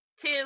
two